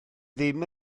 ddim